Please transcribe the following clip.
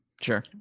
Sure